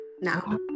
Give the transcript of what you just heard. now